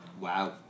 Wow